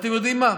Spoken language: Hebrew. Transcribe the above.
אתם יודעים מה?